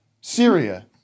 Syria